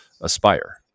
aspire